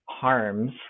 harms